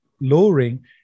lowering